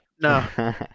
No